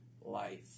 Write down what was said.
life